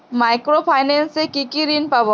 Micro finance এ কি কি ঋণ পাবো?